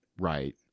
right